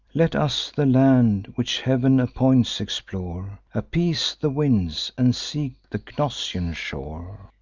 let us the land which heav'n appoints, explore appease the winds, and seek the gnossian shore.